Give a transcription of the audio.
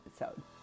episode